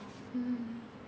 mm